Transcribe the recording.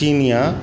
Kenya